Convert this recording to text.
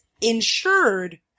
insured